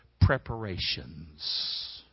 preparations